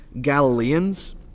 Galileans